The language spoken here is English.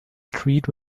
street